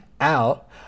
out